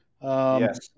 Yes